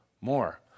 more